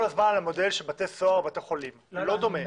אתה הולך כל הזמן על המודל של בתי סוהר ובתי חולים זה לא דומה.